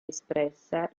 espressa